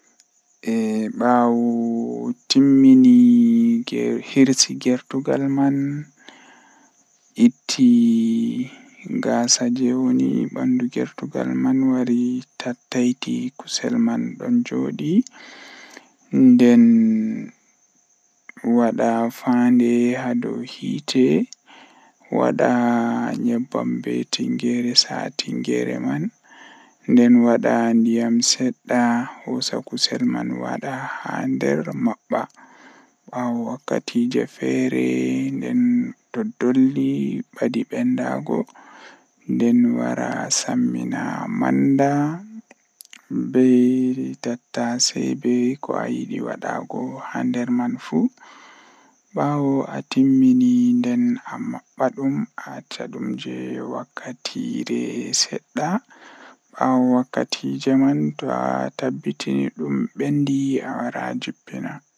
Ko ɗum no waawugol, kono neɗɗo waɗataa waɗde heɓde sooyɗi e waɗal ɓuri. Nde a waawi heɓde sooyɗi, ɗuum njogitaa goongɗi e jam e laaɓugol. Kono nde a heɓi njogordu e respect, ɗuum woodani waawugol ngir heɓde hakkilagol e njarɗi, njikataaɗo goongɗi. Nde e waɗi wattan, ko waɗa heɓde respet e ɓuri jooni.